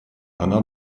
она